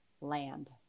Land